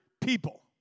people